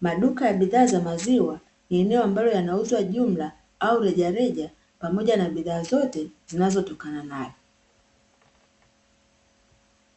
Maduka ya bidhaa za maziwa eneo ambayo yanauzwa jumla au rejareja pamoja na bidhaa zote zinazotokana nayo.